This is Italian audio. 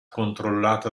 controllata